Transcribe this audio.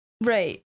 Right